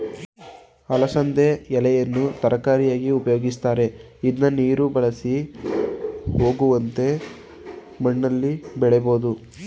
ಅಲಸಂದೆ ಎಳೆಕಾಯನ್ನು ತರಕಾರಿಯಾಗಿ ಉಪಯೋಗಿಸ್ತರೆ, ಇದ್ನ ನೀರು ಬಸಿದು ಹೋಗುವಂತ ಮಣ್ಣಲ್ಲಿ ಬೆಳಿಬೋದು